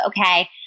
okay